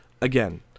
again